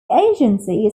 agency